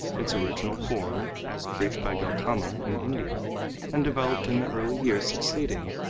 its original form, as preached by gautama in india and developed in the early years succeeding,